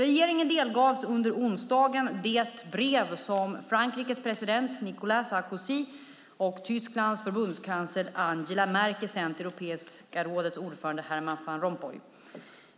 Regeringen delgavs under onsdagen det brev som Frankrikes president Nicolas Sarkozy och Tysklands förbundskansler Angela Merkel sänt till Europeiska rådets ordförande Herman Van Rompuy.